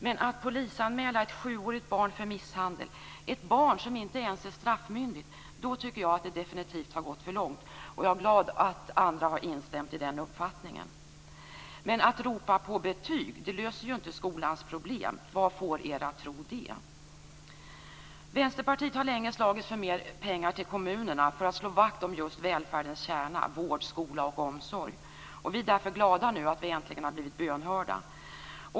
Men när man polisanmäler ett sjuårigt barn för misshandel, ett barn som inte ens är straffmyndigt, tycker jag att det definitivt har gått för långt. Jag är glad över att andra har instämt i den uppfattningen. Det går dock inte att lösa skolans problem genom att ropa på betyg. Vad får er att tro något sådant? Vi i Vänsterpartiet har länge slagits för mera pengar till kommunerna för att slå vakt om just välfärdens kärna: vård, skola och omsorg. Vi är därför nu glada över att vi äntligen har blivit bönhörda.